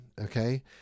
okay